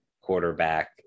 quarterback